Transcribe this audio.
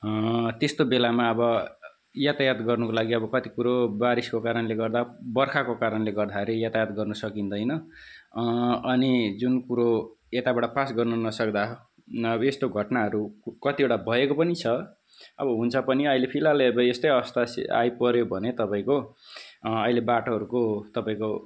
त्यस्तो बेलामा अब यातायात गर्नुको लागि अब कति कुरो बारिसको कारणले गर्दा बर्खाको कारणले गर्दाखेरि यातायात गर्न सकिँदैन अनि जुन कुरो यताबाट पास गर्न नसक्दा अब यस्तो घटनाहरू कतिवटा भएको पनि छ अब हुन्छ पनि अहिले फिलहाल अब यस्तै अवस्था आइपर्यो भने तपाईँको अहिले बाटोहरूको तपाईँको